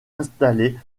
installée